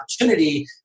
opportunity